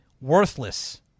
worthless